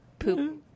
Poop